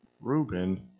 Reuben